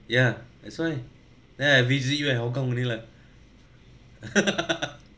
ya that's why then I visit you at hougang only lah